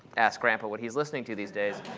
ask grandpa what he's listening to these days.